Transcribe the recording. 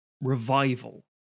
revival